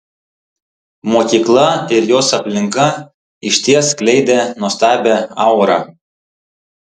mokykla ir jos aplinka išties skleidė nuostabią aurą